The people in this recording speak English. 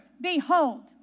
Behold